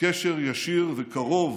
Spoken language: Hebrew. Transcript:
קשר ישיר וקרוב